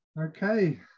Okay